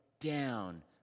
down